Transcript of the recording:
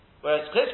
whereas